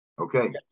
Okay